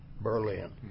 Berlin